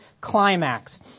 climax